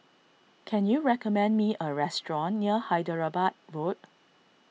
can you recommend me a restaurant near Hyderabad Road